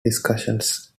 discussions